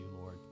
Lord